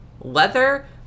leather